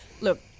look